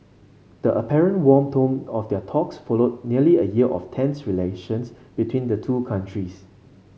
the apparent warm tone of their talks followed nearly a year of tense relations between the two countries